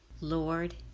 Lord